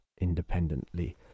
Independently